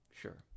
sure